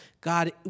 God